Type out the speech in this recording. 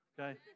okay